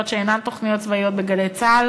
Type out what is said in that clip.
שאינן תוכניות צבאיות ב"גלי צה"ל"